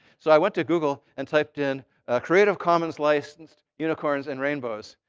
so i went to google and typed in creative commons licensed unicorns and rainbows.